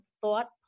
thought